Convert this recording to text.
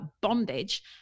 bondage